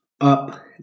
Up